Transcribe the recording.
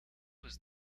was